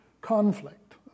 conflict